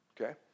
Okay